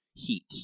heat